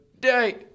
day